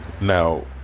Now